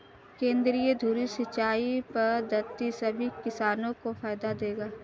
केंद्रीय धुरी सिंचाई पद्धति सभी किसानों को फायदा देगा